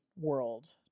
world